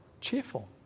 Cheerful